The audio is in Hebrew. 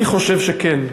אני חושב שכן.